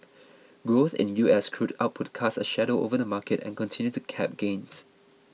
growth in US crude output cast a shadow over the market and continued to cap gains